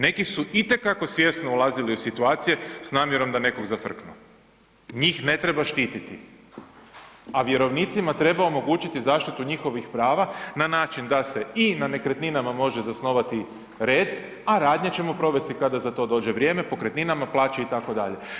Neki su itekako svjesno ulazili u situacije s namjerom da nekog zafrknu, njih ne treba štititi, a vjerovnicima treba omogućiti zaštitu njihovih prava na način da se i na nekretninama može zasnovati red, a radnje ćemo provesti kada za to dođe vrijeme pokretninama, plaće itd.